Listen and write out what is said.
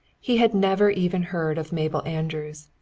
he had never even heard of mabel andrews,